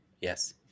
Yes